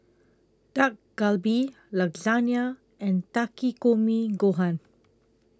Dak Galbi Lasagne and Takikomi Gohan